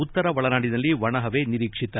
ಉತ್ತರ ಒಳನಾಡಿನಲ್ಲಿ ಒಣ ಹವೆ ನಿರೀಕ್ಷಿತ